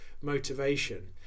motivation